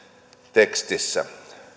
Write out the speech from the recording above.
tekstissä